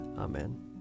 Amen